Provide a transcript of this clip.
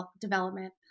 development